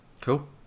Cool